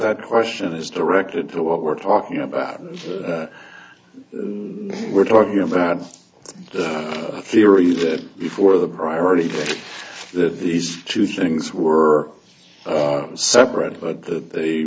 that question is directed to what we're talking about we're talking about the theory that before the priority that these two things were separate but the